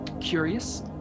curious